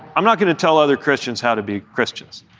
i'm not going to tell other christians how to be christians.